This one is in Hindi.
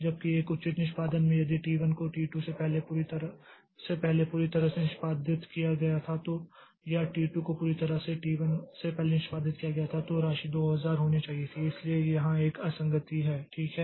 जबकि एक उचित निष्पादन में यदि टी 1 को टी 2 से पहले पूरी तरह से निष्पादित किया गया था या टी 2 को पूरी तरह से टी 1 से पहले निष्पादित किया गया था तो राशि 2000 होनी चाहिए थी इसलिए यहाँ एक असंगति है ठीक है